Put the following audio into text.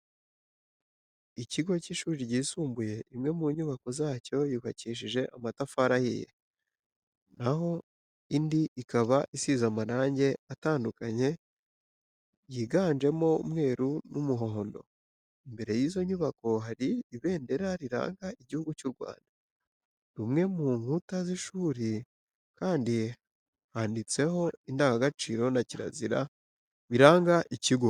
Ikigo cy'ishuri ryisumbuye, imwe mu nyubako zacyo yubakishije amatafari ahiye na ho indi ikaba isize amarangi atandukanye yiganjemo umweru n'umuhondo. Imbere y'izo nyubako hari iberendera riranga Igihugu cy'u Rwanda. Rumwe mu nkuta z'ishuri kandi rwanditseho ingandagaciro na kirazira biranga iki kigo.